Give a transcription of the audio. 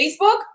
Facebook